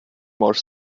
more